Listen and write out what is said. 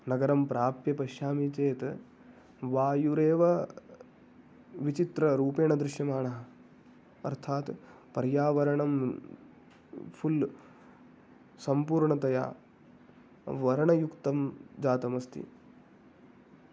नगरं प्राप्य पश्यामि चेत् वायुरेव विचित्ररूपेण दृश्यमानः अर्थात् पर्यावरणं फुल् सम्पूर्णतया वर्णयुक्तं जातमस्ति